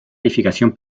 edificación